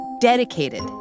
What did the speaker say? dedicated